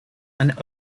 and